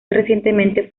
recientemente